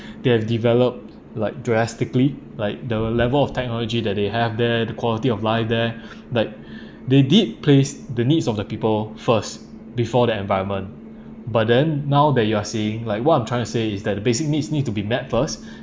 they have developed like drastically like the level of technology that they have there the quality of life there like they did place the needs of the people first before the environment but then now that you are saying like what I'm trying to say is that the basic needs need to be met first